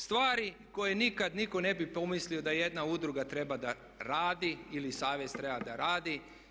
Stvari koje nikad nitko ne bi pomislio da jedna udruga treba da radi ili savez treba da radi.